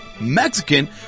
Mexican